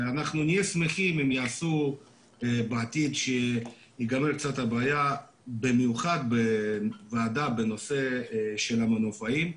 נשמח אם יעשו במיוחד בעתיד כשתיגמר הבעיה ועדה בנושא של המנופאים,